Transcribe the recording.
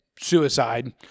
suicide